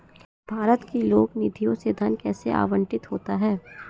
भारत की लोक निधियों से धन कैसे आवंटित होता है?